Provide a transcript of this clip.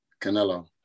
Canelo